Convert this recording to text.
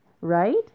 Right